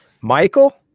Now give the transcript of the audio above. Michael